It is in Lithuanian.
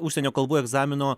užsienio kalbų egzamino